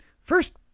First